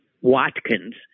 Watkins